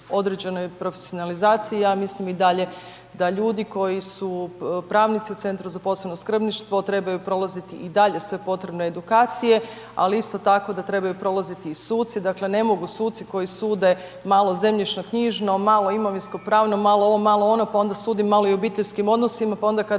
profesionalizaciji, ja mislim i dalje da ljudi koji su pravnici u Centru za posebno skrbništvo trebaju prolaziti i dalje sve potrebne edukacije, ali isto tako da trebaju prolaziti i suci, dakle ne mogu suci koji sude malo zemljišnoknjižno, malo imovinskopravno, malo ovo, malo ono, pa onda sudi malo i u obiteljskim odnosima pa onda kada